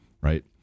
Right